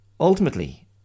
Ultimately